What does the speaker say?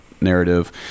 narrative